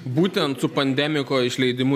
būtent su pandemiko išleidimu